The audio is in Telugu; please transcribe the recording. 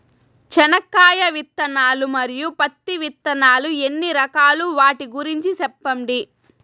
చెనక్కాయ విత్తనాలు, మరియు పత్తి విత్తనాలు ఎన్ని రకాలు వాటి గురించి సెప్పండి?